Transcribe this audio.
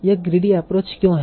यह greedy approach क्यों है